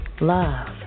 love